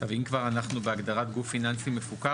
אם כבר אנחנו ב הגדרת גוף פיננסי מפוקח,